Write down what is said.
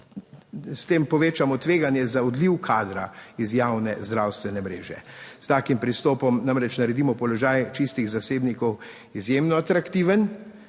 s tem povečamo tveganje za odliv kadra iz javne zdravstvene mreže. S takim pristopom namreč naredimo položaj čistih zasebnikov izjemno atraktiven,